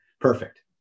Perfect